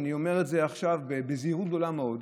אני אומר את זה עכשיו בזהירות גדולה מאוד,